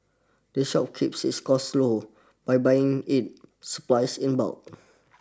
the shop keeps its costs low by buying its supplies in bulk